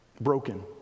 broken